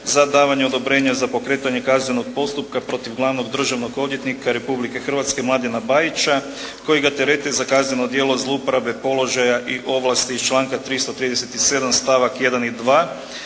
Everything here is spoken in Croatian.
za davanje odobrenja za pokretanje kaznenog postupka protiv Glavnog državnog odvjetnika Republike Hrvatske Mladena Bajića koji ga tereti za kazneno djelo zlouporabe položaja i ovlasti iz članka 337. stavak 1. i 2.,